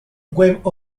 web